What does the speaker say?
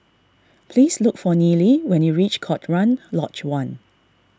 please look for Nealy when you reach Cochrane Lodge one